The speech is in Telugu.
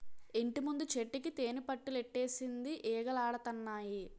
ఇంటిముందు చెట్టుకి తేనిపట్టులెట్టేసింది ఈగలాడతన్నాయి